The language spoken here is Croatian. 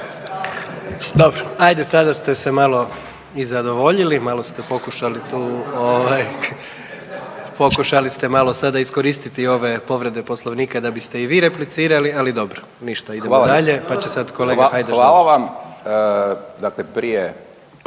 Dobro, ajde sada ste se malo i zadovoljili, malo ste pokušali tu pokušali ste malo sada iskoristiti ove povrede poslovnika da biste i vi replicirali, ali dobro. Ništa, idemo dalje, pa će sad kolega Hajdaš Dončić. **Hajdaš Dončić, Siniša